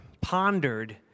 pondered